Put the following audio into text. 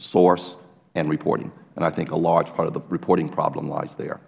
source and reporting i think a large part of the reporting problem lies there